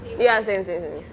ya same same same